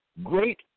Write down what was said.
Great